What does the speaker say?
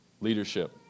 Leadership